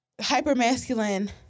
hyper-masculine